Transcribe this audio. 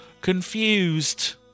confused